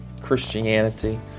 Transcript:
Christianity